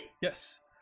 Yes